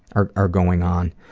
are are going on.